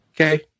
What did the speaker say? Okay